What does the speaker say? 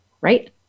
right